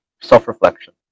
self-reflection